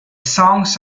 songs